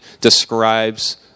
describes